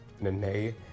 Nene